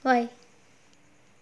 why